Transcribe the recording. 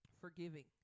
forgiving